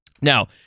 Now